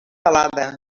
pelada